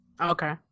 Okay